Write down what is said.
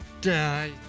Die